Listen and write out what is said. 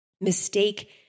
mistake